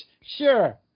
Sure